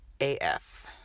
AF